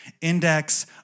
index